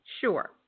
Sure